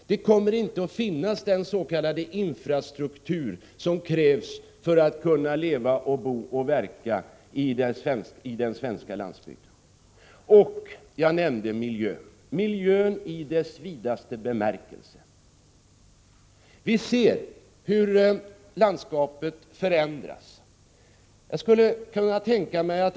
Det kommer inte att finnas den s.k. infrastruktur som krävs för att kunna leva, bo och verka på den svenska landsbygden. Jag nämnde också miljön — miljön i dess vidaste bemärkelse. Vi ser hur landskapet förändras.